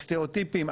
הסטריאוטיפים,